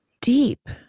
deep